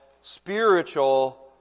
spiritual